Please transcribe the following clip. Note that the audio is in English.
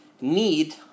need